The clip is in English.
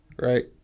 Right